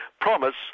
promise